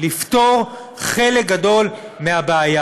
לפתור חלק גדול מהבעיה,